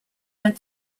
went